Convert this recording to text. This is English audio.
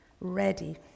ready